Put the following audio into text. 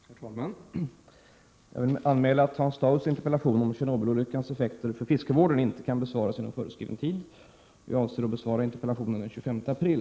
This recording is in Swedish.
Herr talman! Jag vill anmäla att Hans Daus interpellation om Tjernobylolyckans effekter för fiskevården inte kan besvaras inom föreskriven tid på grund av arbetsbelastning. Jag avser att besvara interpellationen den 25 april.